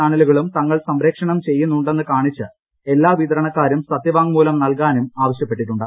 ചാനലകളും തങ്ങൾ സംപ്രേഷണം ചെയ്യുന്നുണ്ടെന്ന് കാണിച്ച് എല്ലാ വിതരണക്കാരും സത്യവാങ്മൂലം ആവശ്യപ്പെട്ടിട്ടുണ്ട്